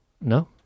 No